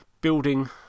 building